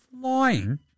flying